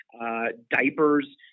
diapers